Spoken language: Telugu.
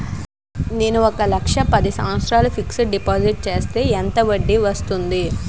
నేను ఒక లక్ష పది సంవత్సారాలు ఫిక్సడ్ డిపాజిట్ చేస్తే ఎంత వడ్డీ వస్తుంది?